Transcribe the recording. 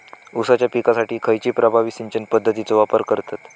ऊसाच्या पिकासाठी खैयची प्रभावी सिंचन पद्धताचो वापर करतत?